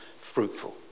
fruitful